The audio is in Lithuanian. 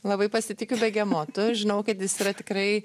labai pasitikiu begemotu žinau kad jis yra tikrai